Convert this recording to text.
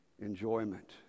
enjoyment